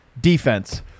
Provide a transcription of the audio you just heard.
defense